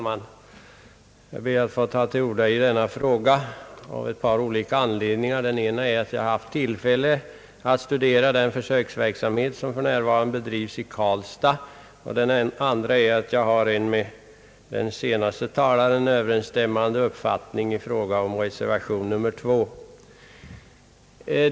Herr talman! Jag ber att få ta till orda i denna fråga av ett par olika anledningar. Den ena anledningen är att jag har haft tillfälle att studera den försöksverksamhet som för närvarande bedrivs i Karlstad, och den andra är att jag har en med den senaste talaren överensstämmande uppfattning i fråga om reservation 2.